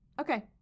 Okay